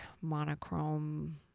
monochrome